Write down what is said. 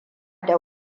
da